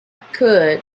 could